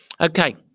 Okay